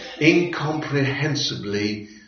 incomprehensibly